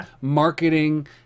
marketing